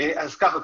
אז ככה,